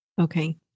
Okay